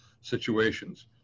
situations